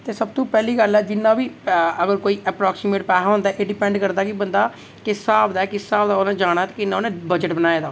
ते सब तू पैह्ली गल्ल ऐ जिन्ना बी अगर कोई अपरोक्सीमेटली पैसा होंदा ते एह् डीपैंड करदा कि बंदा किस स्हाब दा ऐ ते किस स्हाब दा उन्नै जाना ऐ किन्ना उन्नै बजट बनाए दा